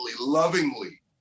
lovingly